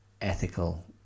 ethical